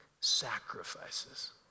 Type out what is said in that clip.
sacrifices